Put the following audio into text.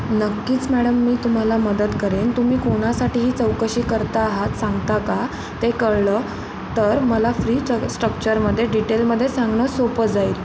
नक्कीच मॅडम मी तुम्हाला मदत करेन तुम्ही कोणासाठी ही चौकशी करता आहात सांगता का ते कळलं तर मला फ्री स्ट्रक्चरमध्ये डिटेलमध्ये सांगणं सोपं जाईल